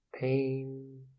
Pain